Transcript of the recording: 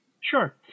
Sure